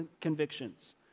convictions